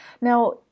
now